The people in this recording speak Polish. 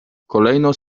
kolejno